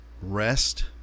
rest